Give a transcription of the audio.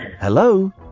Hello